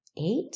eight